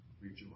rejoice